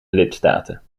lidstaten